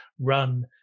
run